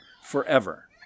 forever